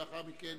ולאחר מכן